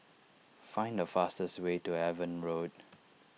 find the fastest way to Avon Road